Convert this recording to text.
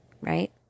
right